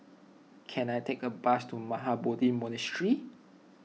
can I take a bus to Mahabodhi Monastery